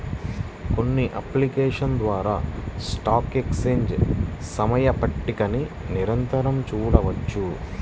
కొన్ని అప్లికేషన్స్ ద్వారా stock exchange సమయ పట్టికని నిరంతరం చూడొచ్చు